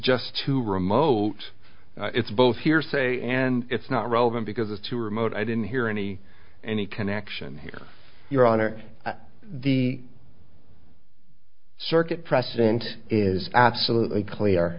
just too remote it's both hearsay and it's not relevant because it's too remote i didn't hear any any connection here your honor the circuit precedent is absolutely clear